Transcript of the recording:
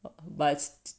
but